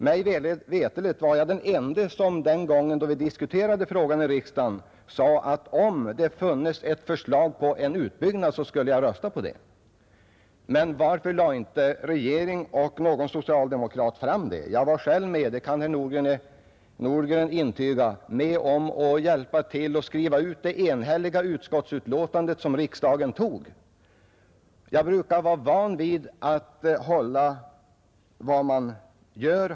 Mig veterligen var jag, när vi diskuterade den frågan i riksdagen, den ende som sade att om det funnes ett förslag om en utbyggnad så skulle jag rösta för en sådan. Varför lade inte regeringen eller någon socialdemokrat fram ett sådant förslag? Herr Nordgren kan intyga att jag själv var med om att skriva det enhälliga utskottsutlåtandet som riksdagen antog. Jag tycker att herr Nilsson i Östersund och andra socialdemokrater skall sluta med detta förtal. Det gör faktiskt inte saken bättre för er.